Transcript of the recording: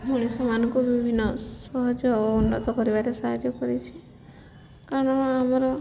ମଣିଷମାନଙ୍କୁ ବିଭିନ୍ନ ସହଜ ଓ ଉନ୍ନତ କରିବାରେ ସାହାଯ୍ୟ କରିଛି କାରଣ ଆମର